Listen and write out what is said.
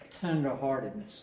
tenderheartedness